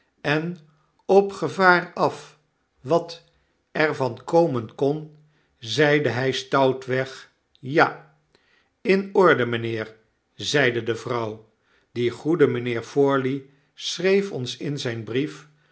en op gevaar af wat er van komen kon zeide hij stoutweg ja in orde mijnheer zeide de vrouw die goede mijnheer forley schreef ons in zijn brief